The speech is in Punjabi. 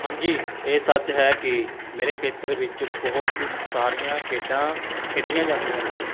ਹਾਂਜੀ ਇਹ ਸੱਚ ਹੈ ਕਿ ਮੇਰੇ ਖੇਤਰ ਵਿੱਚ ਬਹੁਤ ਸਾਰੀਆਂ ਖੇਡਾਂ ਖੇਡੀਆਂ ਜਾਂਦੀਆਂ ਹਨ